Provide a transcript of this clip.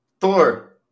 Thor